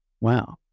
Wow